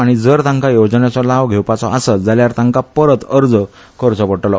आनी जर तांकां येवजणेचो लाव घेवपाचो आसत जाल्यार तांकां परत अर्ज करचो पडटलो